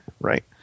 right